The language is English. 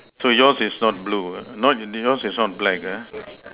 so yours is not blue ah no yours is not black ah